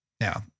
Now